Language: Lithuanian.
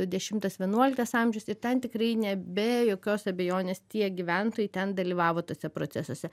dešimtas vienuoliktas amžius ir ten tikrai ne be jokios abejonės tie gyventojai ten dalyvavo tuose procesuose